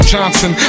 Johnson